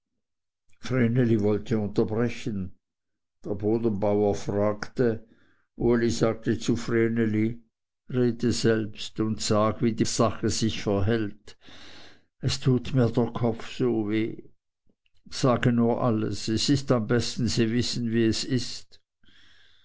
vreneli wollte unterbrechen der bodenbauer fragte uli sagte zu vreneli rede selbst und sag wie die sache sich verhält es tut mir der kopf so weh sage nur alles es ist am besten sie wissen wie es ist